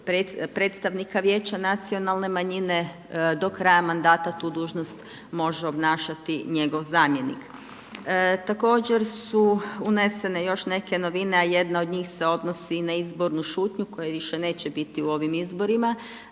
predstavnika vijeća nacionalne manjine do kraja mandata tu dužnost može obnašati njegov zamjenik. Također su unesene još neke novine, a jedna od njih se odnosi i na izbornu šutnju koje više neće biti u ovim izborima